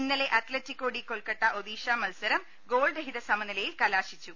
ഇന്നലെ Atletico de Kolkata Odisha മത്സരം goal രഹിത സമനിലയിൽ കലാ ശിച്ചു